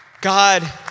God